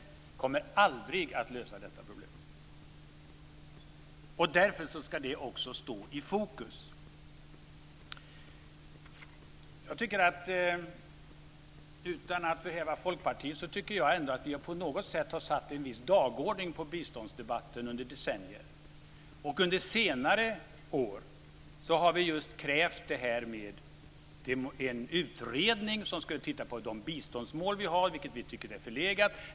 Det kommer aldrig att lösa detta problem. Därför måste demokrati och mänskliga rättigheter stå i fokus. Utan att förhäva sig tycker jag man kan säga att Folkpartiet har satt en viss dagordning i biståndsdebatten under decennier. Under senare år har vi krävt en utredning som ser på våra biståndsmål, som vi tycker är förlegade.